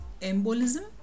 embolism